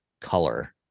color